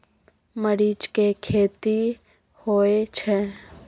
मरीच के खेती होय छय?